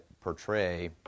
portray